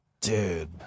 dude